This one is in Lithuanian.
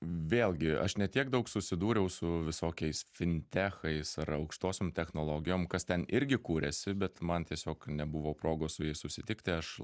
vėlgi aš ne tiek daug susidūriau su visokiais fintechais ar aukštosiom technologijom kas ten irgi kūrėsi bet man tiesiog nebuvo progos su jais susitikti aš